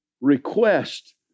request